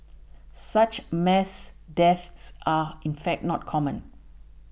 such mass deaths are in fact not common